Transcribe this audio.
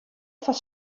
foar